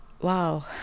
wow